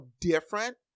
different